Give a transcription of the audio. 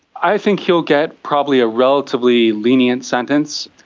i think he'll get probably a relatively lenient sentence,